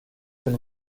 been